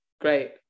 Great